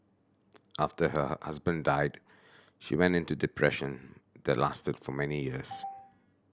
after her husband died she went into the depression the lasted for many years